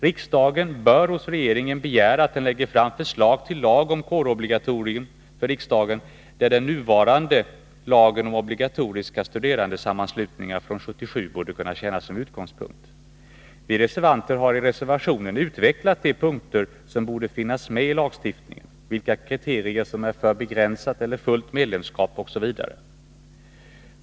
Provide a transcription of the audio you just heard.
Riksdagen bör hos regeringen begära att den lägger fram förslag till lag om kårobligatorium för riksdagen, där den nuvarande lagen om obligatoriska studerandesammanslutningar från 1977 borde kunna tjäna som utgångspunkt. Vi reservanter har i reservationen utvecklat de punkter som borde finnas med i lagstiftningen, vilka kriterierna är för begränsat eller fullt medlemskap osv.